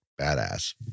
Badass